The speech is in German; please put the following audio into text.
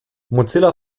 mozilla